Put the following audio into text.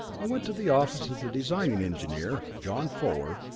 and went to the office of the designing engineer, john fuller,